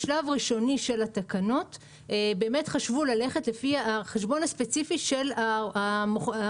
בשלב ראשוני של התקנות באמת חשבו ללכת לפי החשבון הספציפי של המוכר.